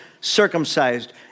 circumcised